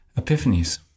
epiphanies